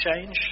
change